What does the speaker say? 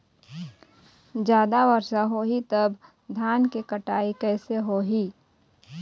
जादा वर्षा होही तब धान के कटाई कैसे होही?